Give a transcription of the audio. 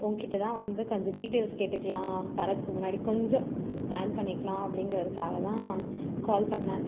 உன்கிட்டேதான் வந்து கொஞ்சம் டீடைல்ஸ் கேட்டுக்கலாம் வரத்துக்கு முன்னாடி கொஞ்சம் பிளான் பண்ணிக்கலாம் அப்படிங்கிறத்துக்காகதான் கால் பண்ணிணேன்